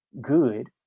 good